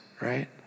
right